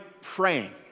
praying